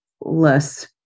less